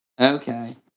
Okay